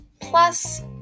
Plus